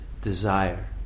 desire